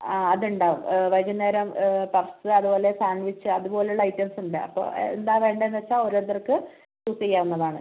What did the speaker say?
അതിണ്ടാവും വൈകുന്നേരം പഫ്സ് അതുപോലെ സാൻഡ്വിച്ച് അതുപോലുള്ള ഐറ്റംസ് ഉണ്ട് അപ്പോൾ എന്താവേണ്ടേന്നുവെച്ചാൽ ഓരോരുത്തർക്ക് ചൂസ് ചെയ്യാവുന്നതാണ്